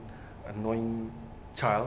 annoying child